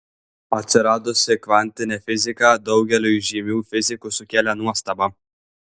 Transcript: atsiradusi kvantinė fizika daugeliui žymių fizikų sukėlė nuostabą